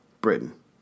Britain